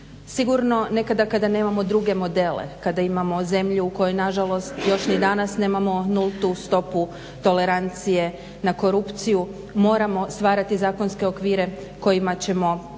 Sigurno nekada kada nemamo druge modele, kada imamo zemlju u kojoj nažalost ni danas nemamo nultu stopu tolerancije na korupciju. Moramo stvarati zakonske okvire kojima ćemo pratiti